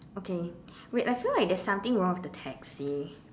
okay wait I feel like there's something wrong with the taxi